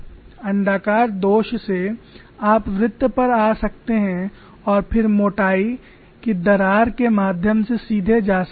अण्डाकार दोष से आप वृत्त पर आ सकते हैं और फिर मोटाई की दरार के माध्यम से सीधे जा सकते हैं